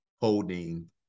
holding